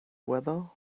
weather